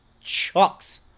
chucks